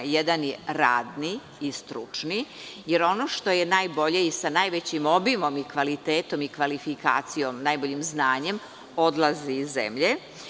Jedan je radni i stručni, jer ono što je najbolje4 i sa najvećim obimom i kvalitetom i kvalifikacijom, najboljim znanjem odlazi iz zemlje.